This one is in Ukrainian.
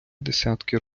десятки